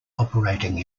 operating